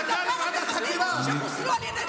הוא מדבר על מחבלים, שחוסלו על ידי צה"ל.